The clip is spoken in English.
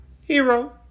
hero